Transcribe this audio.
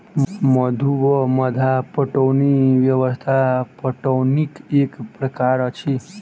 मद्दु वा मद्दा पटौनी व्यवस्था पटौनीक एक प्रकार अछि